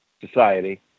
society